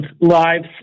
lives